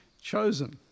chosen